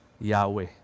Yahweh